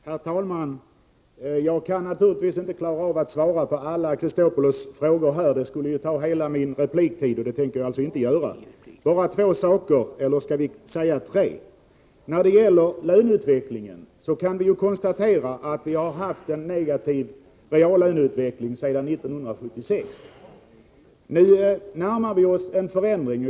Herr talman! Jag kan naturligtvis inte klara av att svara på alla Alexander Chrisopoulos frågor. Det skulle ta hela min repliktid. Jag skall uppehålla mig vid två, möjligen tre frågor. När det gäller löneutvecklingen kan vi konstatera att vi har haft en negativ löneutveckling sedan 1976. Nu närmar vi oss en förändring.